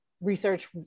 research